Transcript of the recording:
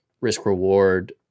risk-reward